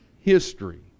history